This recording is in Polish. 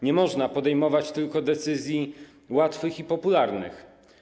Nie można podejmować tylko decyzji łatwych i popularnych.